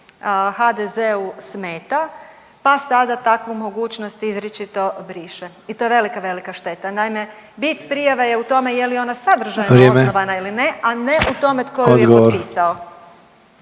detaljčić HDZ-u smeta pa sada takvu mogućnost izričito briše i to je velika, velika šteta. Naime, bit prijave je u tome je li ona sadržajno …/Upadica Sanader: Vrijeme./… osnovana